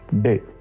day